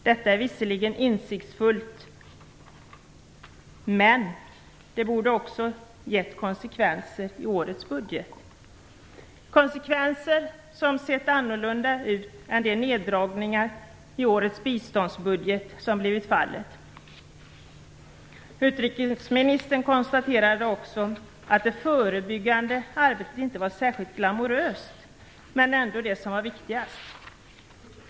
Detta är visserligen ett insiktsfullt konstaterande, men det borde också ha fått konsekvenser i årets budget - konsekvenser som hade sett annorlunda ut än de neddragningar som har blivit fallet i årets biståndsbudget. Utrikesministern konstaterade också att det förebyggande arbetet inte var särskilt glamouröst men att det ändå var det viktigaste.